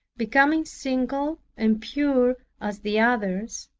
becoming single and pure as the others,